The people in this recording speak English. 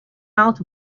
out